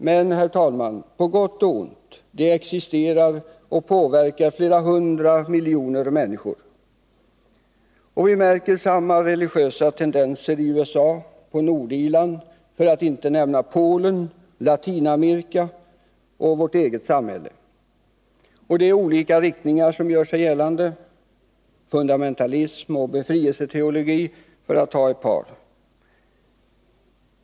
Men, herr talman, det existerar och påverkar — på gott och ont — flera hundra miljoner människor, och vi märker samma religiösa tendenser i USA och på Nordirland, för att inte nämna Polen, Latinamerika och vårt eget samhälle. Det är olika riktningar som gör sig gällande — fundamentalism och befrielseteologi, för att ta ett par.